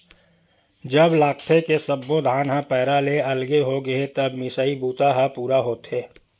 जब लागथे के सब्बो धान ह पैरा ले अलगे होगे हे तब मिसई बूता ह पूरा होथे